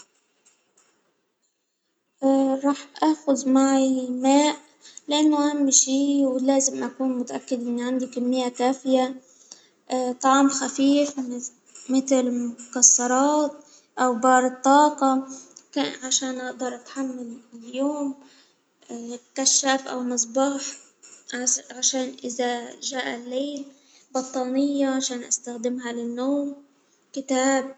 اه راح آخد معي ماء لأنه أهم شيء ولازم أكون متأكد أن عندي كمية كافية، طعم خفيف مت-متل مكسرات أو بارد طاقة عشان أقدر أتحمل اليوم، كشاف أو مصباح عش-عشان إذا جاء الليل، بطانية عشان استخدمها للنوم، كتاب.